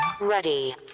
Ready